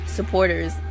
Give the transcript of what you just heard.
supporters